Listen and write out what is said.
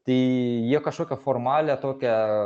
tai jie kažkokią formalią tokią